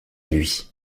lui